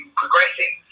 progressing